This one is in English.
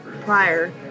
prior